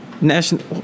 national